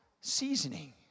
seasoning